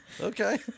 Okay